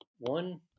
One